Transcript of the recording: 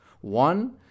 One